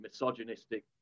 misogynistic